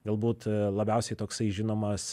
galbūt labiausiai toksai žinomas